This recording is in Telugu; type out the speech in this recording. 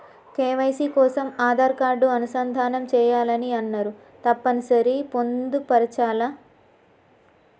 కే.వై.సీ కోసం ఆధార్ కార్డు అనుసంధానం చేయాలని అన్నరు తప్పని సరి పొందుపరచాలా?